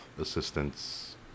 assistance